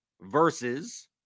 versus